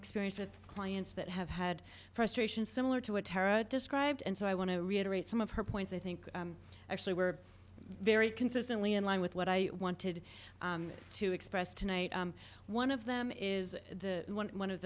experience with clients that have had frustrations similar to what tara described and so i want to reiterate some of her points i think actually were very consistently in line with what i wanted to express tonight one of them is the one one of